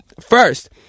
First